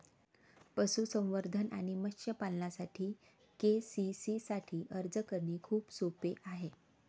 पशुसंवर्धन आणि मत्स्य पालनासाठी के.सी.सी साठी अर्ज करणे खूप सोपे आहे